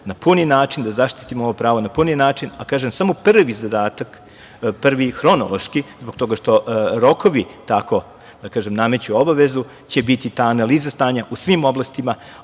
na puni način, da zaštitimo ova prava na puniji način, a kažem, samo prvi zadatak, prvi hronološki, zbog toga što rokovi tako nameću obavezu, će biti ta analiza stanja u svim oblastima,